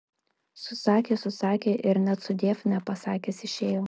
susakė susakė ir net sudiev nepasakęs išėjo